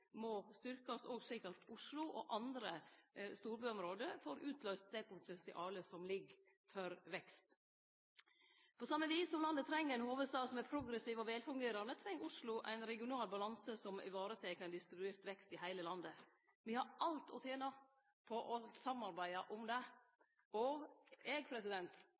må òg styrkast, slik at Oslo og andre storbyområde får løyst ut det potensialet som ligg for vekst. På same vis som landet treng ein hovudstad som er progressiv og velfungerande, treng Oslo ein regional balanse som varetek ein distribuert vekst i heile landet. Me har alt å tene på å samarbeide om det, og eg